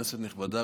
כנסת נכבדה,